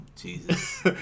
Jesus